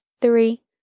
three